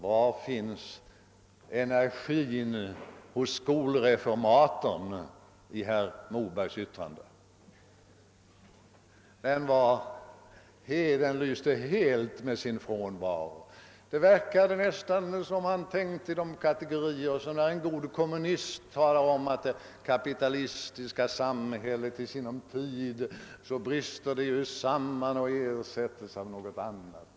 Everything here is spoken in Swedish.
Var finns energin hos skolreformatorn i herr Mobergs yttrande? Den lyste helt med sin frånvaro, och det verkar nästan som om han tänkte på samma sätt som den gode kommunisten som taiar om att det kapitalistiska samhället i sinom tid skall bryta samman för att ersättas av något annat.